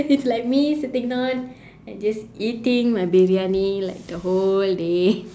it's like me sitting down and just eating my briyani like the whole day